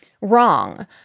wrong